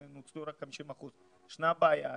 ונוצלו רק 50% ישנה בעיה.